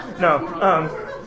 No